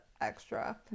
extra